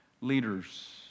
leaders